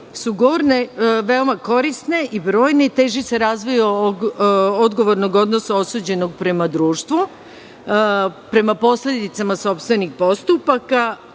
su veoma korisne i brojne i teže se razvija od odgovornog odnosa osuđenog prema društvu. Prema posledicama sopstvenih postupaka